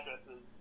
addresses